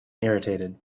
irritated